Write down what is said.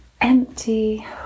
empty